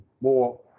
more